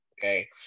okay